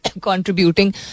contributing